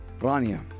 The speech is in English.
Rania